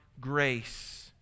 grace